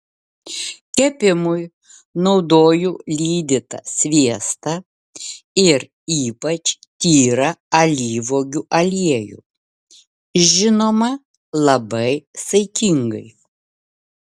kepimui naudoju lydytą sviestą ir ypač tyrą alyvuogių aliejų žinoma labai saikingai